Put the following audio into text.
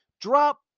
drop